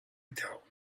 tell